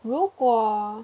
如果